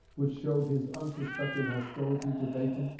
which showed his unsuspected hostility to bacon?